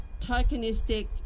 tokenistic